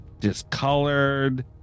discolored